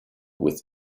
with